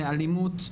לאלימות.